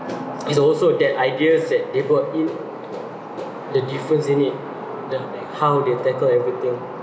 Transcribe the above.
it's also that ideas that they brought in the difference in it how they tackle everything